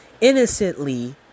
innocently